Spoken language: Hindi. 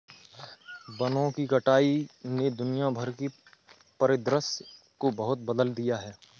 वनों की कटाई ने दुनिया भर के परिदृश्य को बहुत बदल दिया है